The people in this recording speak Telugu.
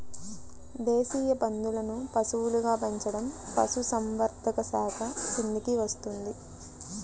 దేశీయ పందులను పశువులుగా పెంచడం పశుసంవర్ధక శాఖ కిందికి వస్తుంది